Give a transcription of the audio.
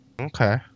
okay